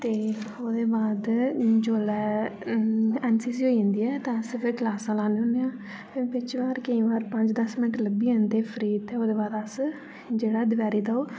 ते ओह्दे बाद जोल्लै एन सी सी होई जंदी ऐ ते अस फिर क्लासां लान्ने होन्ने आं ते होर केई बार पंज दस मैंट लब्बी जंदे फ्री ते ओह्दे बाद अस जेह्ड़ा दपेह्री दा ओह्